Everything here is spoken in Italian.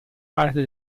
parte